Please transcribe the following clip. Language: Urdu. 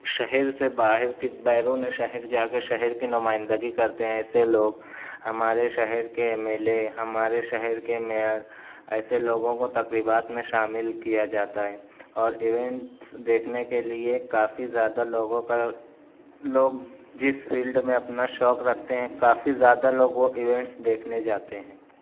شہر سے باہر کے بیرون شہر جا کے شہر کی نمائندگی کرتے ہیں ایسے لوگ ہمارے شہر کے ایم ایل اے ہمارے شہر کے میئر ایسے لوگوں کو تقربات میں شامل کیا جاتا ہے اور ایونٹس دیکھنے کے لئے کافی زیادہ لوگوں کا لوگ جس فیلڈ میں اپنا شوق رکھتے ہیں کافی زیادہ لوگ وہ ایونٹس دیکھنے جاتے ہیں